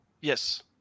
Yes